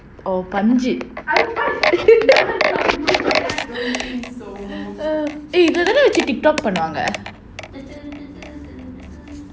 oh பஞ்சு:panju eh இதை தானே வச்சி:idhai thaanae vachi TikTok பண்ணுவாங்க:pannuvaanga